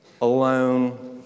alone